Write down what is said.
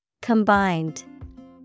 Combined